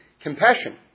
compassion